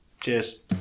cheers